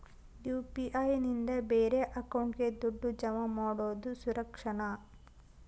UPI ನಿಂದ ಬೇರೆ ಅಕೌಂಟಿಗೆ ದುಡ್ಡು ಜಮಾ ಮಾಡೋದು ಸುರಕ್ಷಾನಾ?